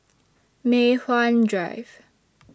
Mei Hwan Drive